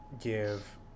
give